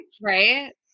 Right